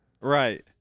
Right